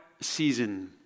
season